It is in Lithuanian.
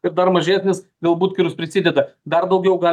ir dar mažesnis galbūt kuris prisideda dar daugiau gal